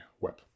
web